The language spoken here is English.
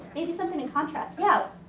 maybe something in contrast. yeah?